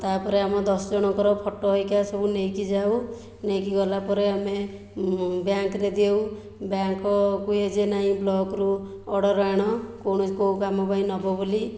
ତା'ପରେ ଆମ ଦଶ ଜଣଙ୍କର ଫଟୋ ହେରିକା ସବୁ ନେଇକି ଯାଉ ନେଇକି ଗଲା ପରେ ଆମେ ବ୍ୟାଙ୍କ୍ରେ ଦେଉ ବ୍ୟାଙ୍କ୍କୁ ଇଏ ଯେ ନାହିଁ ବ୍ଲକ୍ରୁ ଅର୍ଡ଼ର ଆଣ କ'ଣ କେଉଁ କାମ ପାଇଁ ନେବ ବୋଲି